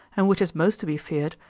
and which is most to be feared,